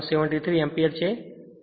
73 એમ્પીયરછે